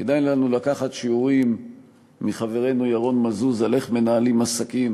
כדאי לנו לקחת שיעורים מחברנו ירון מזוז על איך מנהלים עסקים